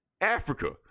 Africa